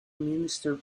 minister